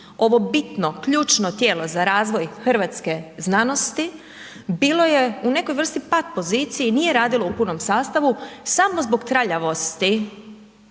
ovo bitno, ključno tijelo za razvoj hrvatske znanosti bilo je u nekoj vrsti pat pozicije i nije radilo u punom sastavu samo zbog traljavosti